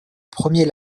premier